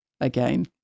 again